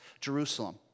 Jerusalem